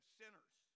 sinners